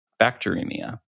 Bacteremia